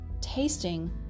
tasting